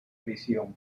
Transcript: prisión